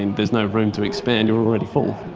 and there's no room to expand, you're already full.